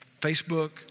Facebook